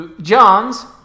Johns